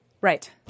Right